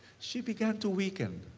she began to weaken.